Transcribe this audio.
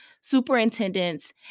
superintendents